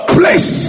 place